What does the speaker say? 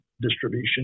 distribution